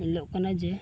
ᱧᱮᱞᱚᱜ ᱠᱟᱱᱟ ᱡᱮ